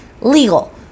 legal